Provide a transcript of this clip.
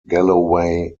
galloway